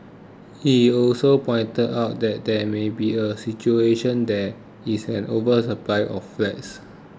he also pointed out that there may be a situation there is an oversupply of flats